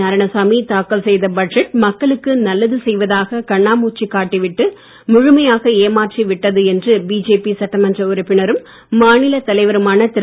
நாராயணசாமி தாக்கல் செய்த பட்ஜெட் மக்களுக்கு நல்லது செய்வதாக கண்ணாமூச்சிக் காட்டிவிட்டு முழுமையாக ஏமாற்றி விட்டது என்று பிஜேபி சட்டமன்ற உறுப்பினரும் மாநிலத் தலைவருமான திரு